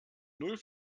null